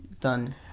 done